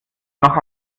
noch